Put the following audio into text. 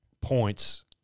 points